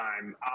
time